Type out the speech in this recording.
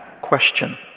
question